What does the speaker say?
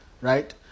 Right